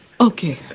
Okay